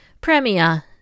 Premier